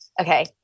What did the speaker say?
okay